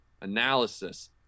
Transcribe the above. analysis